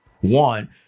One